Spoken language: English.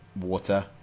water